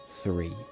Three